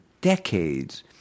decades